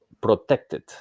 protected